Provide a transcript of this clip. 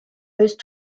russes